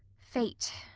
fate,